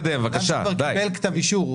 כבר קיבל כתב אישור.